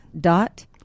Dot